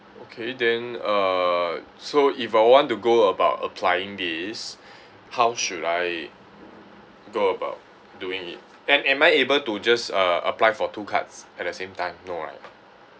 okay then uh so if I want to go about applying this how should I go about doing it am am I able to just uh apply for two cards at the same time no right